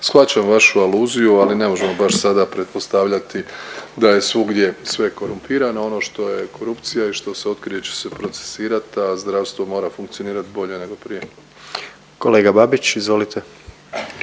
shvaćam vašu aluziju ali ne možemo baš sada pretpostavljati da je svugdje sve korumpirano. Ono što je korupcija i što se otkrije će se procesuirat, a zdravstvo mora funkcionirat bolje nego prije. **Jandroković, Gordan